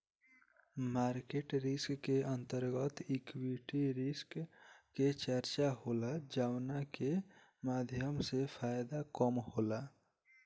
market risk के अंतर्गत equity risk के चर्चा होला जावना के माध्यम से फायदा कम होला